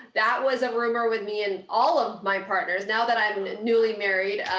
that was a rumor with me and all of my partners. now that i'm newly married,